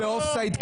ביניהם צריך לאזן.